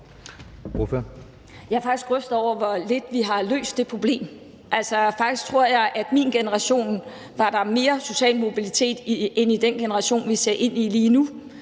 Jeg er faktisk rystet over, hvor lidt vi har løst det problem. Altså, faktisk tror jeg, at der i min generation var mere social mobilitet, end der er i den generation, vi ser ind i lige nu.